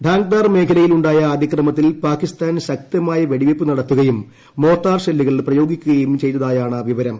ടാങ്ദാർ മേഖ്ലയിൽ ഉണ്ടായ അതിക്രമത്തിൽ പാകിസ്ഥാൻ ശക്തമായ വെടിവെയ്പ് നടത്തുകയും മോർട്ടാർ ഷെല്ലുകൾ പ്രയോഗിക്കുകയും ചെയ്തതായാണ് വിവരം